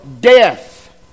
death